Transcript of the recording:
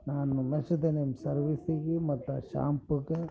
ನಾನು ಮೆಚ್ಚಿದೆ ನಿಮ್ಮ ಸರ್ವೀಸಿಗೆ ಮತ್ತು ಶಾಂಪೂಗೆ